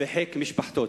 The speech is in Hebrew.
בחיק משפחתו.